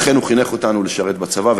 ולכן הוא חינך אותנו לשרת בצבא,